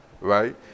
Right